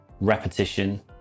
repetition